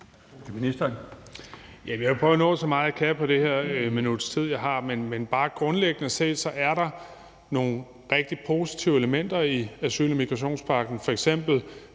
vil prøve at nå at sige så meget, jeg kan på det her minuts tid, jeg har, altså at der bare grundlæggende set er nogle rigtig positive elementer i asyl- og migrationspagten,